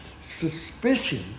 suspicion